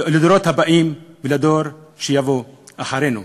הבאים ולדור שיבוא אחרינו.